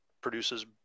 produces